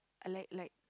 I like like